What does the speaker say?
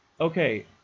Okay